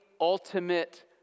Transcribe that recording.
ultimate